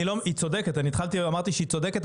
היא צודקת אני התחלתי אמרתי שהיא צודקת,